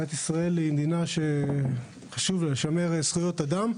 מדינת ישראל היא מדינה שחשוב לה לשמר זכויות אדם,